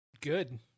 good